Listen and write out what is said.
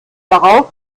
darauf